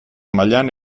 mailan